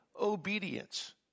obedience